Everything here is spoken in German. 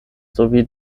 sowie